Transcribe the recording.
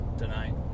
Tonight